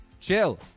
Chill